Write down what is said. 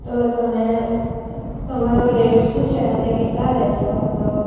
તો તમે તમારો રેટ શું છે તમે કેટલાં લેશો તો